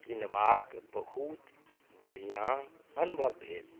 किनबाक बहुत बढ़िआँ अनुभव भेल